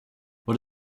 what